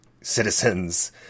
citizens